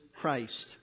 Christ